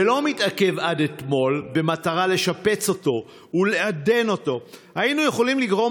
ולא מתעכב עד אתמול במטרה לשפץ אותו ולעדן אותו היינו יכולים לגרום